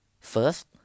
First